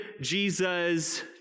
Jesus